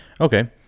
Okay